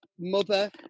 Mother